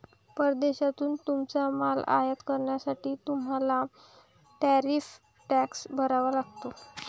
परदेशातून तुमचा माल आयात करण्यासाठी तुम्हाला टॅरिफ टॅक्स भरावा लागतो